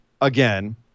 again